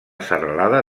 serralada